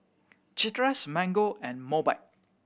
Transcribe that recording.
Chateraise Mango and Mobike